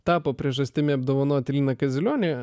tapo priežastimi apdovanoti liną kazilionį